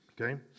Okay